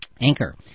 anchor